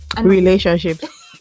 relationships